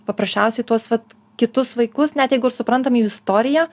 paprasčiausiai tuos vat kitus vaikus net jeigu ir suprantam jų istoriją